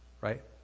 right